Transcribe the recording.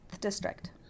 District